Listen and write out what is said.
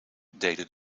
deden